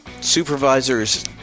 supervisors